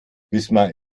wismar